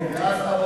ואז,